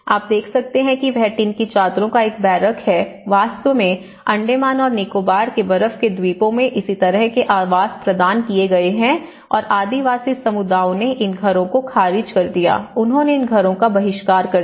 आप देख सकते हैं वह टिन की चादरों का एक बैरक है वास्तव में अंडमान और निकोबार के बर्फ के द्वीपों में इसी तरह के आवास प्रदान किए गए हैं और आदिवासी समुदायों ने इन घरों को खारिज कर दिया उन्होंने इन घरों का बहिष्कार कर दिया